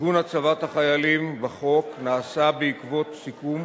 עיגון הצבת החיילים בחוק נעשה בעקבות סיכום